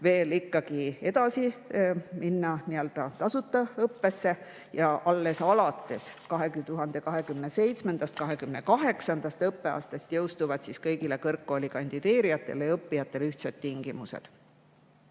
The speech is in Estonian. ikkagi veel minna nii-öelda tasuta õppesse ja alles alates 2027/2028. õppeaastast jõustuvad kõigile kõrgkooli kandideerijatele ja seal õppijatele ühtsed tingimused.